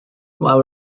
while